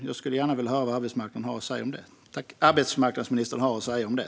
Jag skulle gärna vilja höra vad arbetsmarknadsministern har att säga om det.